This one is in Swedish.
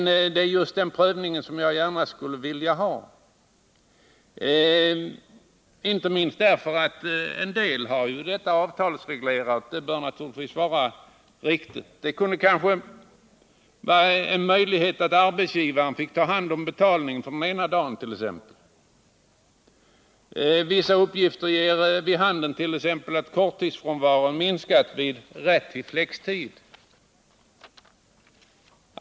Men det är just den prövningen jag gärna skulle vilja ha, inte minst därför att en del har detta avtalsreglerat. En möjlighet kunde kanske vara att arbetsgivaren fick ta hand om betalningen för den ena dagen. Vissa uppgifter ger vid handen att korttidsfrånvaron minskat vid rätt till flextid.